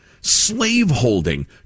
slave-holding